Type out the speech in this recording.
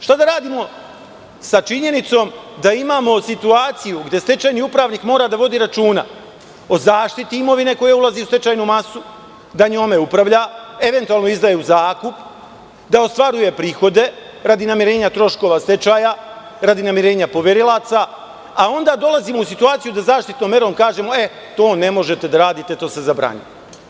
Šta da radimo sa činjenicom da imamo situaciju gde stečajni upravnik mora da vodi računa o zaštiti imovine koja ulazi u stečajnu masu, da njome upravlja, eventualno izdaje u zakup, da ostvaruje prihode radi namirenja troškova stečaja, radi namirenja poverilaca, a onda dolazimo u situaciju da zaštitnom meromkažemo – to ne možete da radite, to se zabranjuje?